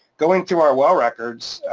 going through our well records,